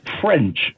French